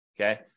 Okay